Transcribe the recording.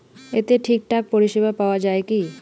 এতে ঠিকঠাক পরিষেবা পাওয়া য়ায় কি?